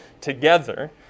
together